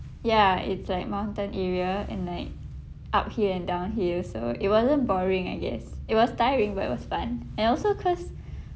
ya it's like mountain area and like uphill and downhill so it wasn't boring I guess it was tiring but it was fun and also cause